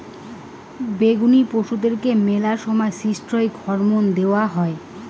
বেঙনি পশুদেরকে মেলা সময় ষ্টিরৈড হরমোন দেওয়া হই